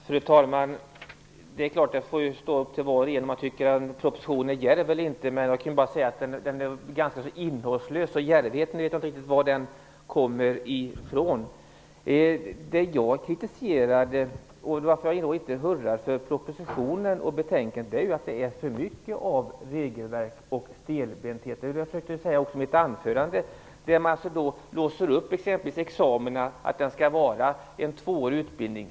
Fru talman! Det är upp till var och en att tycka att en proposition är djärv eller inte. Men denna proposition är ganska innehållslös. Jag vet inte riktigt var djärvheten kommer ifrån. Det jag kritiserade, och orsaken till att jag inte hurrar för propositionen och betänkandet, är att det är för mycket av regelverk och stelbenthet, vilket jag också försökte säga i mitt anförande. Man låser exempelvis upp examina. Det skall vara en tvåårig utbildning.